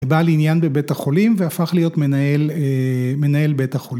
בא לעניין בבית החולים והפך להיות מנהל, מנהל בית החולים.